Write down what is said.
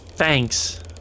Thanks